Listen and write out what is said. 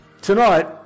Tonight